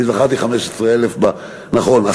זכרתי 15,000. נכון,